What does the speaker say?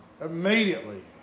immediately